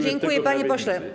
Dziękuję, panie pośle.